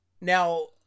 Now